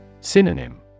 Synonym